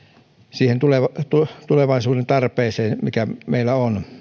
siihen tulevaisuuden tarpeeseen mikä meillä on